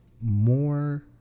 more